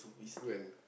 when